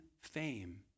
fame